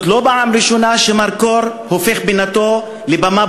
זאת לא הפעם הראשונה שמר קור הופך את פינתו לבמה